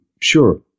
sure